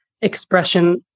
expression